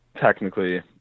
technically